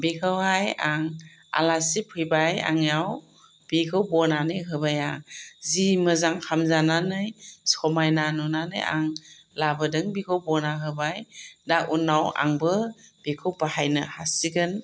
बेखौहाय आं आलासि फैबाय आंनियाव बेखौ बनानै होबाय आं जि मोजां हामजानानै समायना नुनानै आं लाबोदों बेखौ बना होबाय दा उनाव आंबो बेखौ बाहायनो हासिगोन